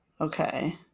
Okay